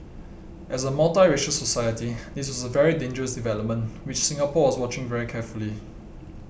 as a multiracial society this was a very dangerous development which Singapore was watching very carefully